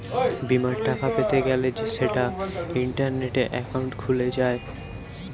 বিমার টাকা পেতে গ্যলে সেটা ইন্টারনেটে একাউন্ট খুলে যায়